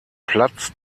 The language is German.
platz